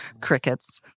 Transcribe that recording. Crickets